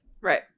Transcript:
Right